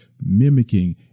mimicking